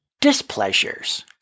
displeasures